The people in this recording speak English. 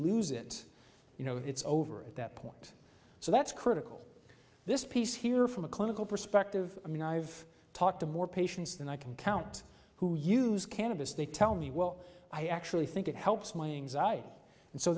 lose it you know it's over at that point so that's critical this piece here from a clinical perspective i mean i've talked to more patients than i can count who use cannabis they tell me well i actually think it helps my anxiety and so